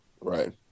Right